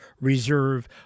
Reserve